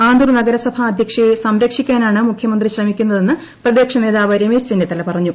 ആന്തൂർ നഗരസഭാധ്യക്ഷയെ സംരക്ഷിക്കാനാണ് മുഖ്യമന്ത്രി ശ്രമിക്കുന്നതെന്ന് പ്രതിപക്ഷ നേതാവ് രമേശ് ചെന്നിത്തല പറഞ്ഞു